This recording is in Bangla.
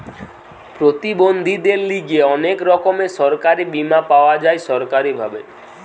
প্রতিবন্ধীদের লিগে অনেক রকমের সরকারি বীমা পাওয়া যায় সরকারি ভাবে